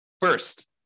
First